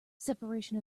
separation